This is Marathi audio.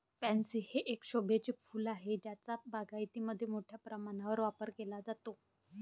पॅन्सी हे एक शोभेचे फूल आहे ज्याचा बागायतीमध्ये मोठ्या प्रमाणावर वापर केला जातो